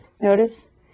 Notice